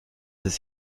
ist